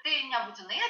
tai nebūtinai